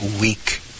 weak